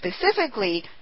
specifically